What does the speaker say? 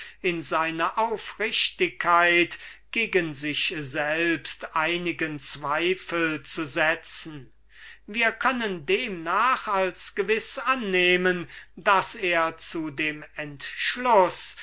war gewohnt aufrichtig gegen sich selbst zu sein wir können also als gewiß annehmen daß er zu dem entschluß